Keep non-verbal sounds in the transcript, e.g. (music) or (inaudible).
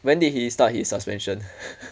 when did he start his suspension (noise)